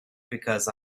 because